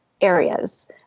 areas